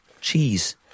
cheese